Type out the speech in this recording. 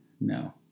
no